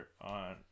on